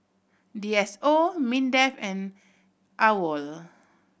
D S O MINDEF and AWOL